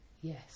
Yes